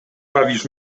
bawisz